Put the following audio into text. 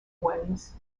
ways